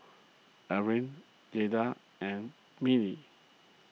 Laraine Jayda and Neely